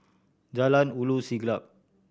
Jalan Ulu Siglap